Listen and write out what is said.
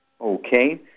Okay